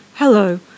Hello